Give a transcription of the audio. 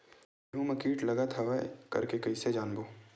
गेहूं म कीट लगत हवय करके कइसे जानबो?